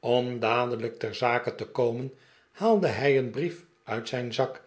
om dadelijk ter zake te komen haalde hij een brief uit zijn zak